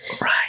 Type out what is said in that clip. right